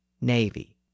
navy